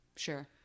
sure